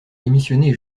démissionné